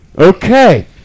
Okay